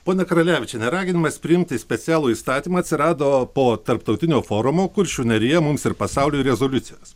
ponia karalevičiene raginimas priimti specialų įstatymą atsirado po tarptautinio forumo kuršių nerija mums ir pasauliui rezoliucijos